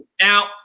Now